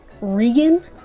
Regan